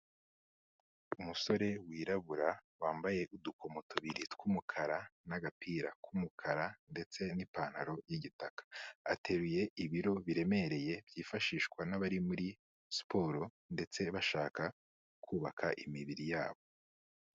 Umusore wirabura wambaye udukomo tubiri tw'umukara n'agapira k'umukara ndetse n'ipantaro y'igitaka, ateruye ibiro biremereye byifashishwa n'abari muri siporo ndetse bashaka kubaka imibiri yabo.